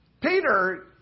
Peter